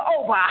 over